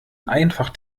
einfach